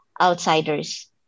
outsiders